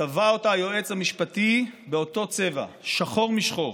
צבע אותה היועץ המשפטי באותו צבע שחור משחור.